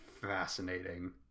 fascinating